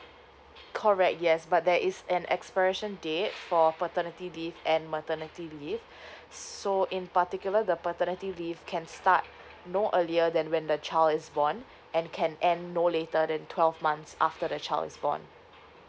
correct yes but there is an expiration date for paternity leave and maternity leave so in particular the paternity leave can start no earlier than when the child is born and can end no later than twelve months after the child is born